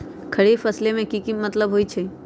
खरीफ फसल के की मतलब होइ छइ?